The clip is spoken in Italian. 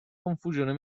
confusione